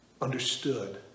understood